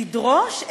לדרוש,